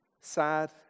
Sad